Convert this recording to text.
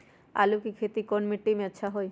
आलु के खेती कौन मिट्टी में अच्छा होइ?